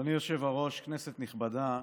אדוני היושב-ראש, כנסת נכבדה,